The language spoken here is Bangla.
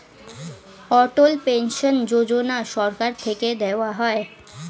অটল পেনশন যোজনা সরকার থেকে দেওয়া হয়